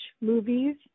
movies